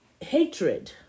hatred